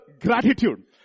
gratitude